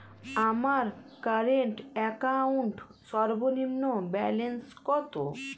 আমার current account সর্বনিম্ন balance কত?